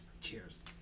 Cheers